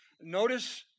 Notice